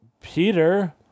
Peter